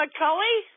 McCully